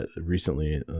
recently